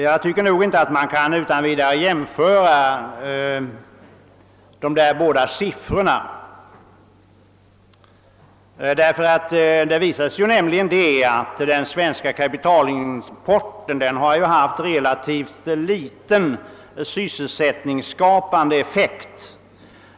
Jag tycker emellertid att man inte utan vidare kan jämföra de båda siffrorna. Det visar sig nämligen att kapitalimporten till vårt land har haft relativt liten sysselsättningsskapande effekt.